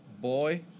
boy